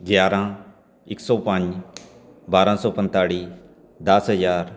ਗਿਆਰ੍ਹਾਂ ਇੱਕ ਸੌ ਪੰਜ ਬਾਰ੍ਹਾਂ ਸੌ ਪੰਨਤਾਲੀ ਦਸ ਹਜ਼ਾਰ